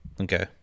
okay